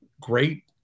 Great